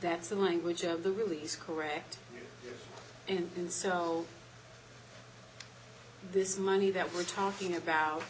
that's the language of the really is correct and in so this money that we're talking about